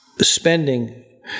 spending